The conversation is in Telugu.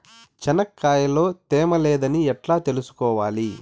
చెనక్కాయ లో తేమ లేదని ఎట్లా తెలుసుకోవాలి?